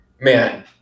man